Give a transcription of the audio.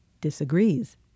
disagrees